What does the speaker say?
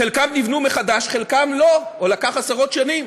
חלקם נבנו מחדש, חלקם לא, או לקח עשרות שנים.